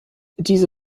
diese